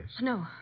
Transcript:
No